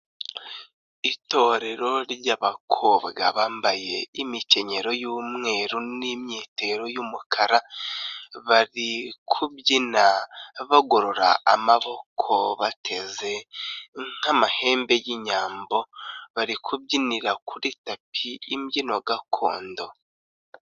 Itorero ry'abakobwa bambaye imikenyero y'umweru n'imyitero y'umukara, bari kubyina bagorora amaboko bateze nk'amahembe y'inyambo, bari kubyinira kuri tapi imbyino gakondo.